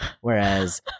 Whereas